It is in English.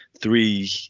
three